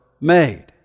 made